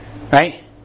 Right